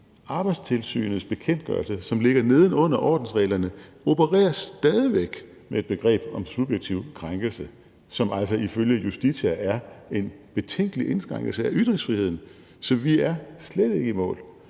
Arbejdstilsynets bekendtgørelse, som ligger nedenunder ordensreglerne, opererer stadig væk med et begreb om subjektiv krænkelse, hvilket altså ifølge Justitia er en betænkelig indskrænkelse af ytringsfriheden. Så vi er slet ikke i mål,